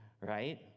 right